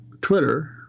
Twitter